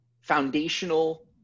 foundational